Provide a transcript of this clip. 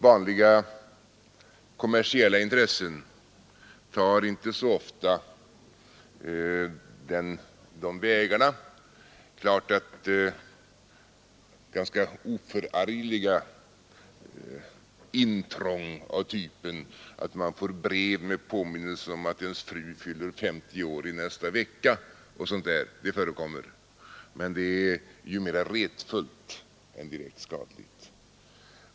Vanliga kommersiella intressen tar inte så ofta dessa vägar. Det är klart att ganska oförargliga intrång av typen brev med påminnelse om att ens fru fyller 50 år i nästa vecka förekommer, men det är mera retfullt än direkt skadligt.